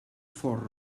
fort